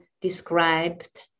described